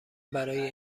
برای